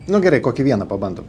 nu gerai kokį vieną pabandom